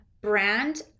brand